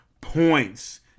points